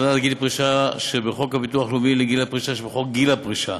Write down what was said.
הצמדת גיל פרישה שבחוק הביטוח הלאומי לגיל הפרישה שבחוק גיל פרישה),